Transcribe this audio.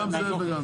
גם זה וגם זה.